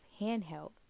handheld